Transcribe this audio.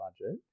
budget